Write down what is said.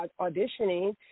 auditioning